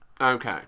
Okay